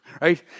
right